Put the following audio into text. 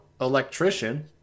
electrician